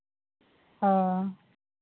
ᱦᱳᱭ